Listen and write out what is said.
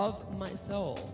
of myself